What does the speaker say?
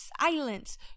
silence